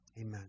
Amen